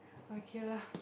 okay lah